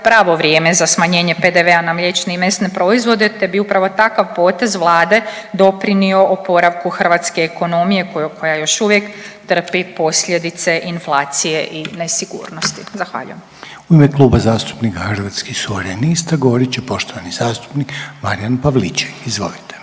pravo vrijeme za smanjenje PDV-a na mliječne i mesne proizvode te bi upravo takav potez Vlade doprinio oporavku hrvatske ekonomiju koja još uvijek trpi posljedice inflacije i nesigurnosti. Zahvaljujem. **Reiner, Željko (HDZ)** U ime Kluba zastupnika Hrvatskih suverenista govorit će poštovani zastupnik Marijan Pavliček. Izvolite.